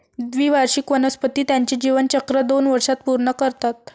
द्विवार्षिक वनस्पती त्यांचे जीवनचक्र दोन वर्षांत पूर्ण करतात